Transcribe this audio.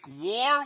war